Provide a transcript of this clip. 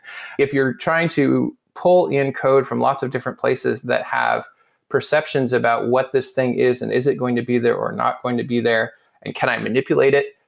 if you're trying to pull in code from lots of different places that have perceptions about what this thing is and is it going to be there or not going to be there and can i manipulate it,